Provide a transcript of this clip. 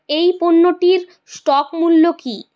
এই পণ্যটির স্টক মুল্য কী